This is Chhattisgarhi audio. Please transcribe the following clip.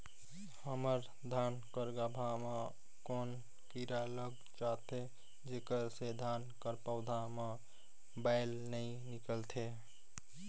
हमर धान कर गाभा म कौन कीरा हर लग जाथे जेकर से धान कर पौधा म बाएल नइ निकलथे?